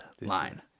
line